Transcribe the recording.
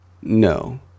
no